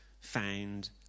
found